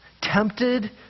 Tempted